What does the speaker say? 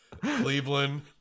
Cleveland